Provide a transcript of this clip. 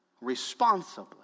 responsibly